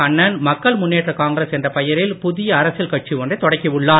கண்ணன் மக்கள் முன்னேற்றக் காங்கிரஸ் என்ற பெயரில் புதிய அரசியல் கட்சி ஒன்றை தொடக்கி உள்ளார்